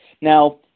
Now